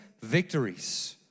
victories